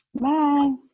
Bye